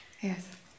Yes